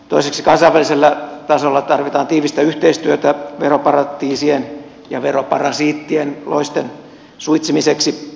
toiseksi kansainvälisellä tasolla tarvitaan tiivistä yhteistyötä veroparatiisien ja veroparasiittien loisten suitsimiseksi